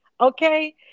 Okay